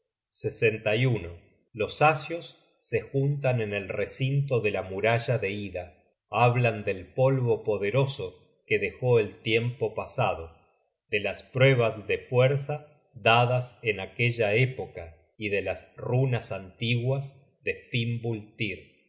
las ondas los asios se juntan en el recinto de la muralla de ida hablan del polvo poderoso que dejó el tiempo pasado de las pruebas de fuerza dadas en aquella época y de las runas antiguas de